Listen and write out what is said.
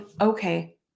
okay